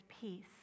peace